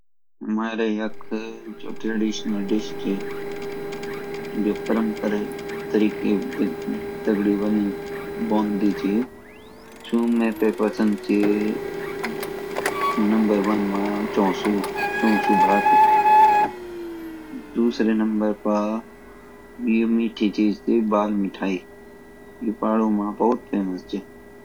हमारे यख जो ट्रडिशनल डिश ची जो परम्परा तरिके दगडी बंदी ची सु मेटे पसंद ची नंबर ओने मा चौसु भात दूसरे नंबर पा ये मीठीमीठी चीज़ ची बल मिठाई ये पहाड़ो मा बहुत फेमस ची